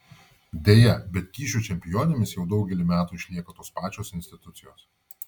deja bet kyšių čempionėmis jau daugelį metų išlieka tos pačios institucijos